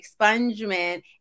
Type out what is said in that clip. expungement